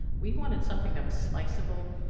we wanted something that was sliceable,